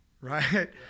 right